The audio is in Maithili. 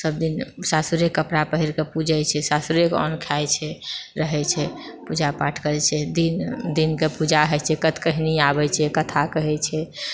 सभ दिन सासुरेके कपड़ा पहिरके पूजैत छै सासुरेके अन्न खाइत छै रहैत छै पूजा पाठ करैत छै दिन दिनके पूजा होइत छै कथकहिनी आबैत छै कथा कहैत छै